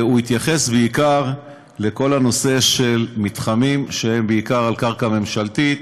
והתייחס בעיקר לכל הנושא של מתחמים שהם בעיקר על קרקע ממשלתית,